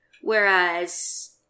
Whereas